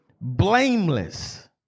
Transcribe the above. blameless